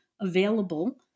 available